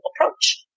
approach